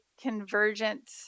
convergent